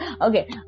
okay